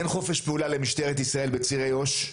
אין חופש פעולה למשטרת ישראל בצירי יו"ש,